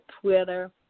Twitter